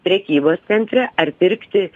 prekybos centre ar pirkti